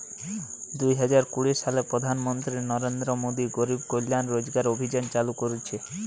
দুই হাজার কুড়ি সালে প্রধান মন্ত্রী নরেন্দ্র মোদী গরিব কল্যাণ রোজগার অভিযান চালু করিছে